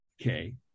okay